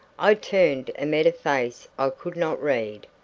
i turned and met a face i could not read.